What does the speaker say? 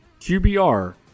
QBR